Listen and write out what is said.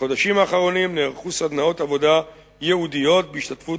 בחודשים האחרונים נערכו סדנאות עבודה ייעודיות בהשתתפות